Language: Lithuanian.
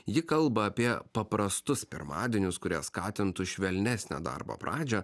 ji kalba apie paprastus pirmadienius kurie skatintų švelnesnę darbo pradžią